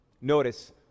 Notice